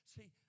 See